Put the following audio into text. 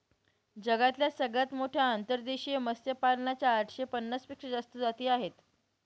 जगातल्या सगळ्यात मोठ्या अंतर्देशीय मत्स्यपालना च्या आठशे पन्नास पेक्षा जास्त जाती आहे